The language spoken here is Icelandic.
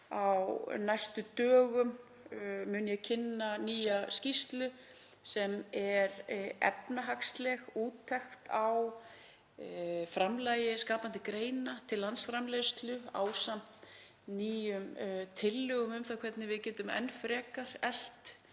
á næstu dögum mun ég kynna nýja skýrslu sem er efnahagsleg úttekt á framlagi skapandi greina til landsframleiðslu ásamt nýjum tillögum um hvernig við getum enn frekar eflt